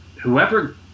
whoever